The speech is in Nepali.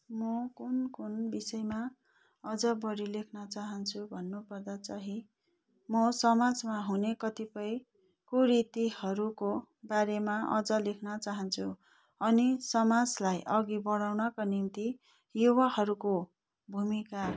म कुन कुन विषयमा अझ बढी लेख्न चाहन्छु भन्नु पर्दा चाँहि म समाजमा हुने कतिपय कुरीतिहरूकोबारेमा अज लेख्न चाहन्छु अनि समाजलाई अघि बढाउनका निम्ति युवाहरूको भूमिका